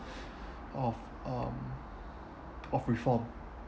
of um of reform